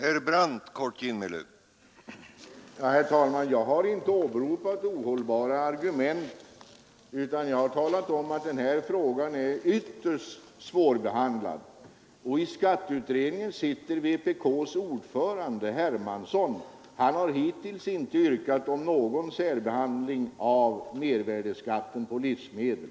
Herr talman! Jag har inte åberopat ohållbara argument, utan jag har talat om att frågan är ytterst svårbehandlad I skatteutredningen sitter vpk:s ordförande, herr Hermansson, och han har hittills inte där yrkat på någon särbehandling av mervärdeskatten på livsmedel.